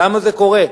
למה זה קורה?